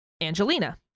Angelina